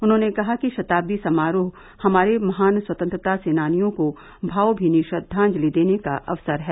उन्होंने कहा कि शताब्दी समारोह हमारे महान स्वतंत्रता सेनानियों को भावभीनी श्रद्वाजंलि देने का अवसर है